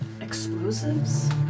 explosives